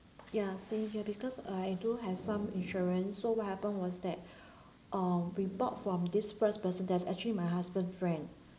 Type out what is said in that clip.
ya same here because uh I do have some insurance so what happened was that uh report from this first person there's actually my husband friend